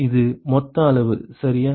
இது மொத்த அளவு சரியா